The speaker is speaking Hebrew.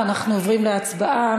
אנחנו עוברים להצבעה.